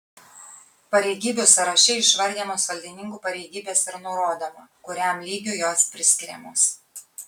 pareigybių sąraše išvardijamos valdininkų pareigybės ir nurodoma kuriam lygiui jos priskiriamos